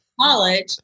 college